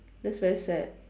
that's very sad